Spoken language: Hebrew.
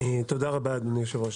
תודה רבה, אדוני היושב ראש.